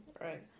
Right